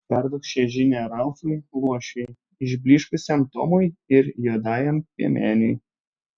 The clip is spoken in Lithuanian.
perduok šią žinią ralfui luošiui išblyškusiam tomui ir juodajam piemeniui